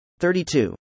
32